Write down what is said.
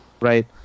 right